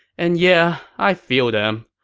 and yeah, i feel them.